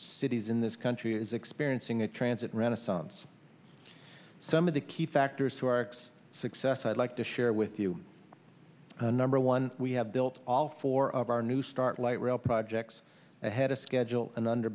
cities in this country is experiencing a transit renaissance some of the key factors to arcs success i'd like to share with you number one we have built all four of our new start light rail projects ahead of schedule and under